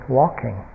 walking